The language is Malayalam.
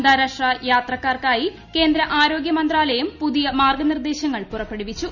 അന്താരാഷ്ട്ര യാത്രക്കാർക്കായി കേന്ദ്ര ആരോഗൃ മന്ത്രാലയം പുതിയ മാർഗ്ഗ നിർദ്ദേശങ്ങൾ പുറപ്പെടുവിച്ചു